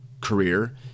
career